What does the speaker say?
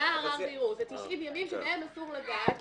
אלה תשעים ימים שבהם אסור לגעת